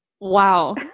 Wow